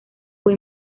fue